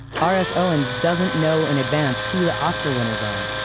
r s. owens doesn't know in advance who the oscar winners are,